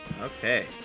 Okay